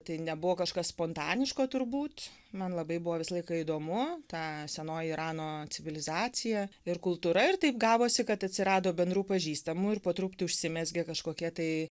tai nebuvo kažkas spontaniško turbūt man labai buvo visą laiką įdomu ta senoji irano civilizacija ir kultūra ir taip gavosi kad atsirado bendrų pažįstamų ir po truputį užsimezgė kažkokie tai